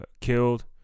Killed